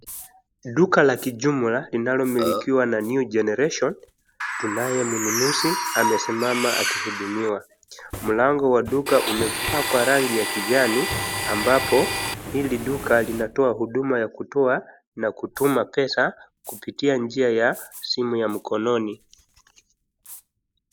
Duka la kijumla, linalomilikiwa na new generation , tunaye mnunuzi amesimama akihudumiwa. Mlango wa duka umepakwa rangi ya kijani, ambapo, hili duka linatoa huduma ya kutoa na kupokea pesa kupitia njia ya simu ya mkononi.